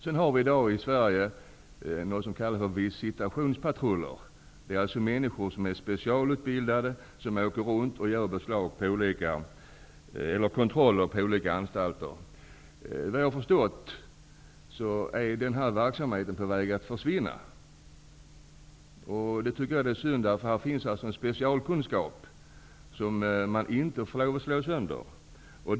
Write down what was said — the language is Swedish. Vi har i Sverige i dag någonting som kallas visitationspatruller, alltså människor som är specialutbildade för att göra kontroller på olika anstalter. Såvitt jag förstår är sådan verksamhet på väg att försvinna. Det tycker jag är synd. Här finns en specialkunskap som vi inte får gå miste om.